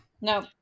No